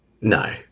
No